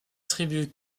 tribu